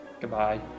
Goodbye